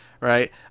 right